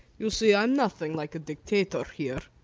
you see, i'm nothing like a dictator here.